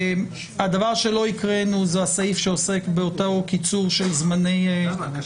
הדבר שלא הקראנו הוא הסעיף שעוסק בקיצור זמנים.